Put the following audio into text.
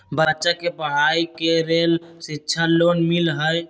बच्चा के पढ़ाई के लेर शिक्षा लोन मिलहई?